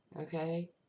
okay